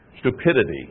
Stupidity